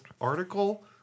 article